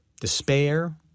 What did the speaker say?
despair